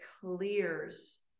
clears